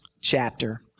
chapter